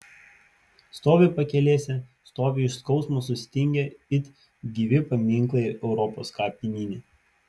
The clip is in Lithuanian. stovi pakelėse stovi iš skausmo sustingę it gyvi paminklai europos kapinyne